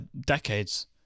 Decades